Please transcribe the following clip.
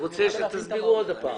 הוא רוצה שתסבירו שוב.